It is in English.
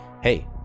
hey